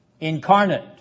incarnate